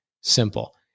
simple